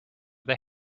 they